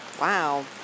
wow